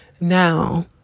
Now